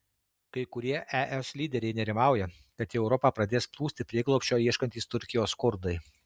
kai kurie es lyderiai nerimauja kad į europą pradės plūsti prieglobsčio ieškantys turkijos kurdai